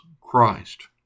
Christ